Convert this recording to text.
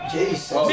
Jesus